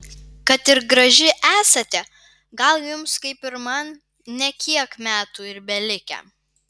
kad ir graži esate gal jums kaip ir man ne kiek metų ir belikę